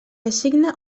assigna